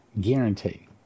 guarantee